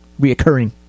reoccurring